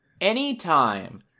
Anytime